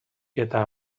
eta